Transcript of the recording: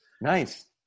nice